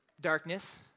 darkness